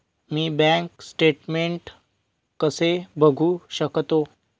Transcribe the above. मी bank statement कसे बघू शकतो?